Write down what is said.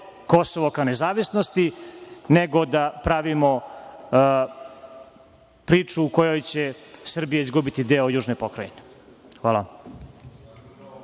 Kosovo ka nezavisnosti, nego da pravimo priču u kojoj će Srbija izgubiti deo južne Pokrajine. **Maja